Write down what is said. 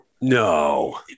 No